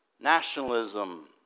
nationalism